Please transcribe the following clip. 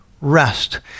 rest